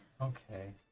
Okay